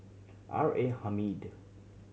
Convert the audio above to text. R A Hamid